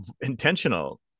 intentional